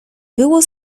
było